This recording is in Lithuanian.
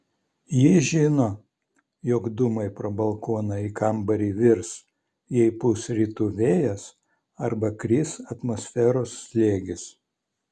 ji žino jog dūmai pro balkoną į kambarį virs jei pūs rytų vėjas arba kris atmosferos slėgis